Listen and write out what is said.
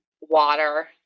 water